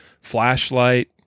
flashlight